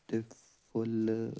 ਅਤੇ ਫੁੱਲ